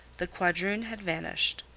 the quadroon had vanished.